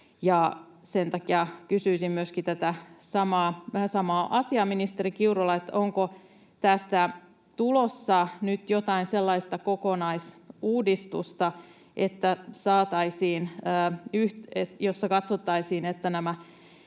Sen takia kysyisin myöskin tätä vähän samaa asiaa ministeri Kiurulta: onko tästä tulossa nyt jotain sellaista kokonaisuudistusta, jossa katsottaisiin, että nämä